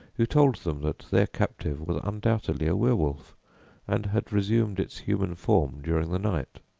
who told them that their captive was undoubtedly a werewolf and had resumed its human form during the night.